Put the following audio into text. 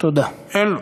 אין.